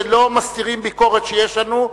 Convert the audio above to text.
לא מסתירים ביקורת שיש לנו,